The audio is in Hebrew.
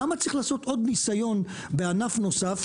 למה צריך לעשות עוד ניסיון בענף נוסף,